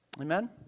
Amen